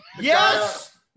Yes